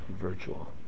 virtual